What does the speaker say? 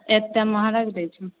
एतेक महँगा दै छहो